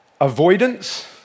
avoidance